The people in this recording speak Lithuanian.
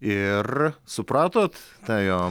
ir supratot tą jo